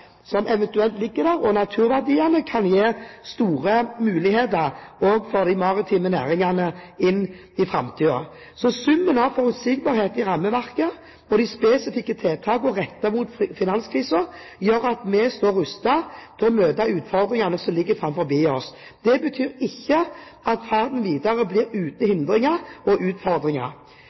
som når en får kartlagt ressursene og naturverdiene som eventuelt ligger der, kan gi store muligheter også for de maritime næringene inn i framtiden. Summen av forutsigbarhet i rammeverket og de spesifikke tiltakene rettet mot finanskrisen gjør at vi står rustet til å møte utfordringene som ligger foran oss. Det betyr ikke at ferden videre blir uten hindringer og utfordringer.